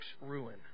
ruin